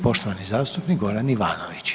poštovani zastupnik Goran Ivanović.